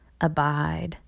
Abide